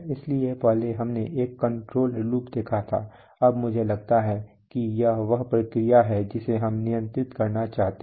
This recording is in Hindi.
इसलिए पहले हमने एक कंट्रोल लूप देखा था अब मुझे लगता है कि यह वह प्रक्रिया है जिसे हम नियंत्रित करना चाहते हैं